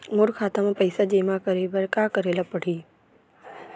मोर खाता म पइसा जेमा करे बर का करे ल पड़ही?